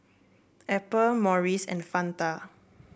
Apple Morries and Fanta